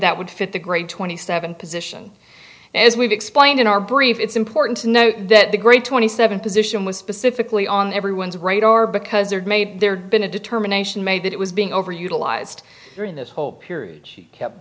that would fit the great twenty seven position as we've explained in our brief it's important to note that the great twenty seven position was specifically on everyone's radar because there may there'd been a determination made that it was being overutilized during this whole period she kept